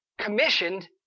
commissioned